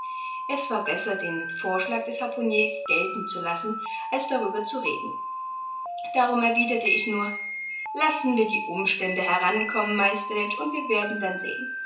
es war besser den vorschlag des harpuniers gelten zu lassen als darüber zu reden darum erwiderte ich nur lassen wir die umstände herankommen meister ned und wir werden dann sehen